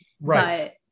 Right